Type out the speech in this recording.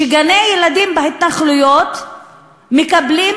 שגני-ילדים בהתנחלויות מקבלים